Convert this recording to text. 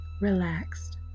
relaxed